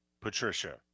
Patricia